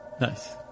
Nice